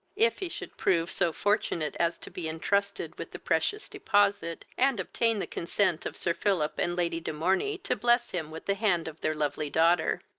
if he should prove so fortunate as to be entrusted with the precious deposit, and obtain the consent of sir philip and lady de morney to bless him with the hand of their lovely daughter.